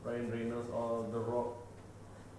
ryan reynolds all the rock